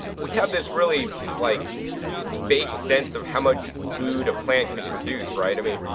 we have this really like fake sense of how much food a plant can produce, right. i mean,